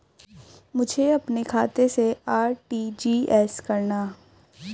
मुझे अपने खाते से आर.टी.जी.एस करना?